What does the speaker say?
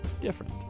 different